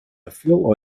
feel